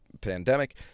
pandemic